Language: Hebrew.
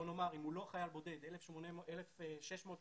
אם הוא לא חייל בודד, 1,600 שקלים,